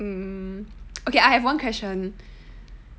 mm okay I have one question